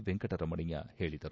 ವೆಂಕಟರಮಣಯ್ಯ ಹೇಳದರು